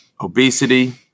obesity